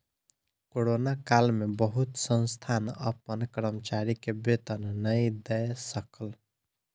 corona काल में बहुत संस्थान अपन कर्मचारी के वेतन नै दय सकल